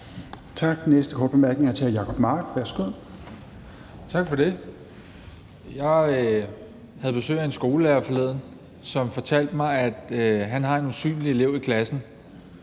Den næste korte bemærkning er til hr. Jacob Mark. Værsgo. Kl. 17:04 Jacob Mark (SF): Jeg havde besøg af en skolelærer forleden, som fortalte mig, at han har en usynlig elev i klassen.